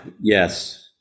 Yes